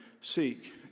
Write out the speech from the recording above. Seek